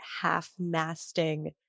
half-masting